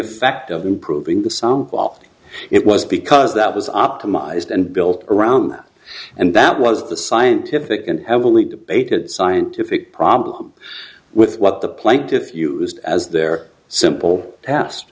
effect of improving the some plot it was because that was optimized and built around and that was the scientific and heavily debated scientific problem with what the plaintiffs used as their simple past